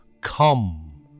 Come